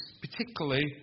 particularly